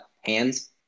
hands